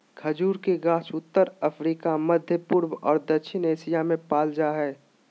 खजूर के गाछ उत्तर अफ्रिका, मध्यपूर्व और दक्षिण एशिया में पाल जा हइ